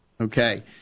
Okay